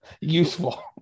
useful